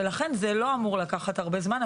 ולכן זה לא אמור לקחת הרבה זמן.